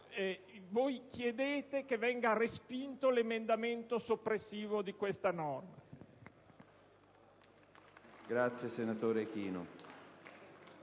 chiesto che venga respinto l'emendamento soppressivo di questa norma.